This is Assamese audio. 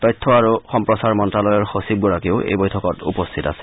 তথ্য আৰু সম্প্ৰচাৰ মন্ত্যালয়ৰ সচিবগৰাকীও এই বৈঠকত উপস্থিত আছে